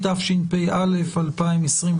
התשפ"א-2021,